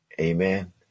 Amen